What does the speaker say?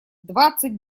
двадцать